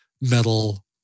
metal